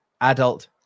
adult